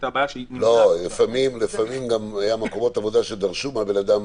לא, לפעמים גם היו מקומות עבודה שדרשו מהבן-אדם,